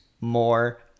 more